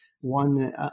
One